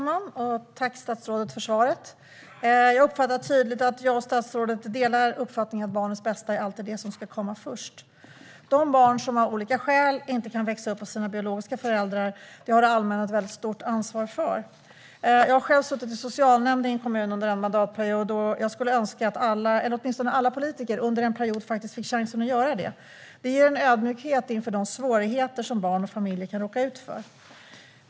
Fru talman! Tack, statsrådet, för svaret! Jag uppfattar tydligt att jag och statsrådet delar uppfattningen att barnens bästa alltid är det som ska komma först. De barn som av olika skäl inte kan växa upp hos sina biologiska föräldrar har det allmänna ett väldigt stort ansvar för. Jag har själv suttit i socialnämnden i en kommun under en mandatperiod. Jag skulle önska att alla, eller åtminstone alla politiker, under en period fick chansen att göra det. Det ger en ödmjukhet inför de svårigheter som barn och familjer kan råka ut för.